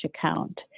account